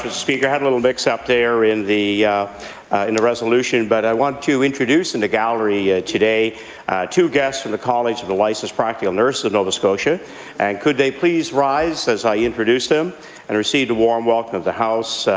speaker. i had a little mix-up there in the in the resolution but i want to introduce in the gallery today two guests from the college of the licensed practical nurses of nova scotia and could they please rise as i introduce them and receive the warm welcome of the house.